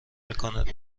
میکند